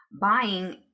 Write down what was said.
buying